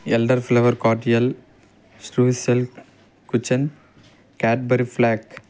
elder flower cordial స్ట్రుయిస్ self కుచెన్ Cadbury flag